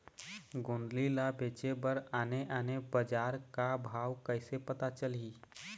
गोंदली ला बेचे बर आने आने बजार का भाव कइसे पता चलही?